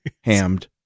hammed